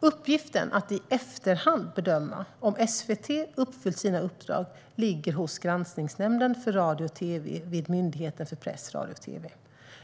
Uppgiften att i efterhand bedöma om SVT uppfyllt sina uppdrag ligger hos granskningsnämnden för radio och tv vid Myndigheten för press, radio och tv.